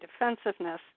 defensiveness